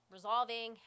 resolving